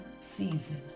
season